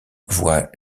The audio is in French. voit